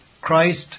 Christ